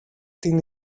την